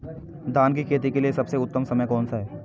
धान की खेती के लिए सबसे उत्तम समय कौनसा है?